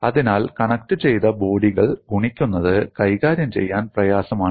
അതിനാൽ കണക്റ്റുചെയ്ത ബോഡികൾ ഗുണിക്കുന്നത് കൈകാര്യം ചെയ്യാൻ പ്രയാസമാണ്